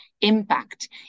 impact